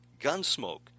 Gunsmoke